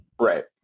Right